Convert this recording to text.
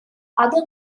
other